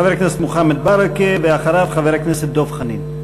חבר הכנסת מוחמד ברכה, ואחריו, חבר הכנסת דב חנין.